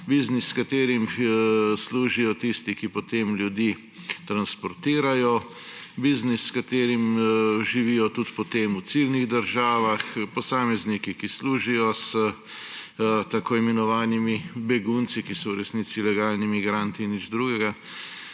Biznis, s katerim služijo tisti, ki potem ljudi transportirajo, biznis, s katerim živijo tudi potem v ciljnih državah posamezniki, ki služijo s tako imenovanimi begunci, ki so v resnici ilegalni migranti in nič drugega;